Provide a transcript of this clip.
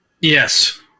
Yes